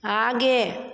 आगे